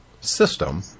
system